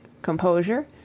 composure